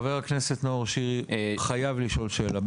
חה"כ נאור שירי חייב לשאול שאלה.